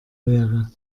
wäre